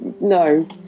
no